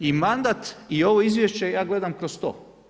I mandat i ovo Izvješće, ja gledam kroz to.